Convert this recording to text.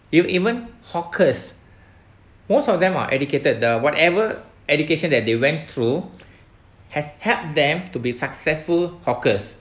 you even hawkers most of them are educated the whatever education that they went through has helped them to be successful hawkers